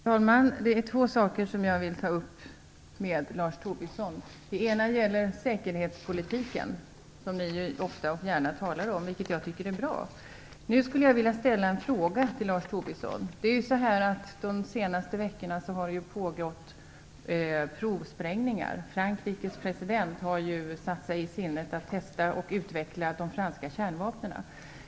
Fru talman! Det är två saker som jag vill ta upp med Lars Tobisson. Det ena gäller säkerhetspolitiken, som ni ofta och gärna talar om, vilket jag tycker är bra. Nu skulle jag vilja ställa en fråga till Lars Tobisson. De senaste veckorna har det pågått provsprängningar. Frankrikes president har ju satt sig i sinnet att testa och utveckla de franska kärnvapnen.